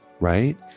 right